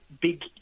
big